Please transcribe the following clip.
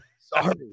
Sorry